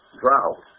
drought